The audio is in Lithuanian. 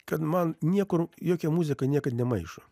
kad man niekur jokia muzika niekad nemaišo